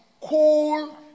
cool